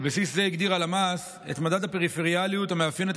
על בסיס זה הגדיר הלמ"ס את מדד הפריפריאליות המאפיין את